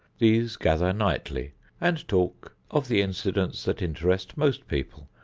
these gather nightly and talk of the incidents that interest most people,